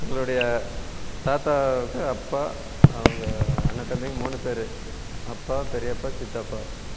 எங்களுடைய தாத்தாவுக்கு அப்பா அவங்க அண்ணன் தம்பிங்க மூணு பேர் அப்பா பெரியப்பா சித்தப்பா